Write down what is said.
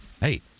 Hey